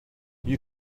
you